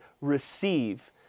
receive